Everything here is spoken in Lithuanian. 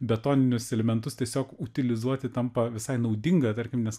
betoninius elementus tiesiog utilizuoti tampa visai naudinga tarkim nes